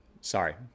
Sorry